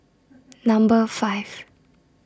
Number five